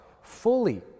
fully